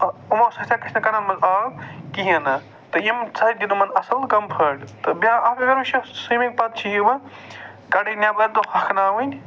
یِمَو سۭتۍ گژھِ نہٕ کَنن منٛز آب کِہیٖنۍ نہٕ تہٕ یِم سۭتۍ دِنۍ یِمَن اَصٕل کَمفٲٹ تہٕ اَتھ سُوِمِنگ پَتہٕ چھُ یِوان کَڑٕنۍ نٮ۪بر تہٕ ہٮ۪وٚکھناؤنۍ